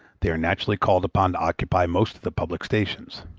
they are naturally called upon to occupy most of the public stations.